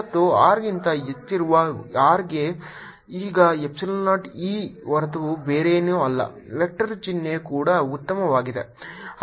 ಮತ್ತು R ಗಿಂತ ಹೆಚ್ಚಿರುವ r ಗೆ D ಈಗ ಎಪ್ಸಿಲಾನ್ 0 E ಹೊರತು ಬೇರೇನೂ ಅಲ್ಲ ವೆಕ್ಟರ್ ಚಿಹ್ನೆ ಕೂಡ ಉತ್ತಮವಾಗಿದೆ